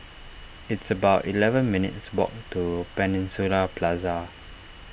it's about eleven minutes' walk to Peninsula Plaza